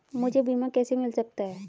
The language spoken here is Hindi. मुझे बीमा कैसे मिल सकता है?